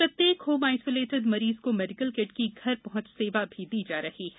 प्रत्येक home isolated मरीज को मेडिकल किट की घर पहुंच सेवा दी जा रही है